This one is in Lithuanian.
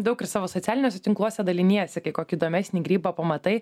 daug ir savo socialiniuose tinkluose daliniesi kai kokį įdomesnį grybą pamatai